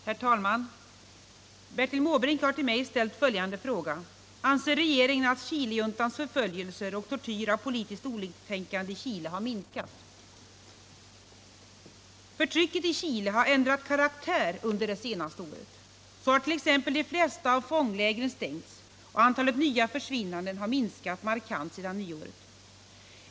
Herr talman! Bertil Måbrink har till mig ställt följande fråga: ”Anser regeringen att Chilejuntans förföljelser och tortyr av politiskt oliktänkande i Chile har minskat?” Förtrycket i Chile har ändrat karaktär under det senaste året. Så har t.ex. de flesta av fånglägren stängts och antalet nya försvinnanden har minskat markant sedan nyåret.